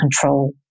control